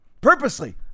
Purposely